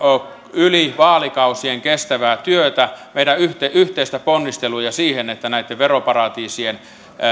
yli vaalikausien kestävää työtä meidän yhteisiä ponnisteluja niin että näitten veroparatiisien